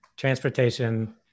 transportation